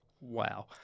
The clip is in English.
Wow